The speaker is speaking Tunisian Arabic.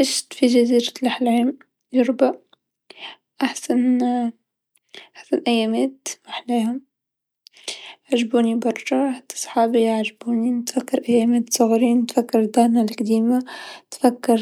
عشت في جزيرة الأحلام جربا أحسن، أحسن أيامات ما احلاهم، عجبوني برشا حتى صحابي يعجبوني نتفكر أيامات صغري نتفكر دارنا القديمه، نتفكر